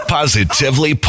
Positively